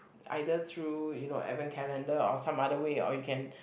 either through you know event calendar or some other way or you can